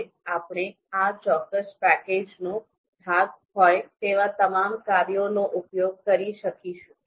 હવે આપણે આ ચોક્કસ પેકેજનો ભાગ હોય તેવા તમામ કાર્યોનો ઉપયોગ કરી શકીશું